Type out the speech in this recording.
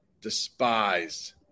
Despised